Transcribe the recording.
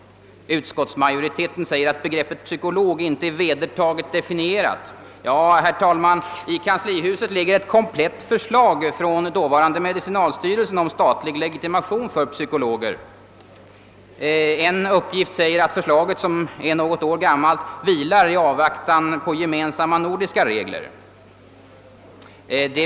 Utskottsmajoriteten uttalar att begreppet »psykolog» inte är vedertaget definierat. Men, herr talman, i kanslihuset ligger ett komplett förslag från dåvarande medicinalstyrelsen om statlig legitimation för psykologer. Enligt uppgift vilar förslaget, som är något år gammalt, i avvaktan på gemensamma nordiska regler.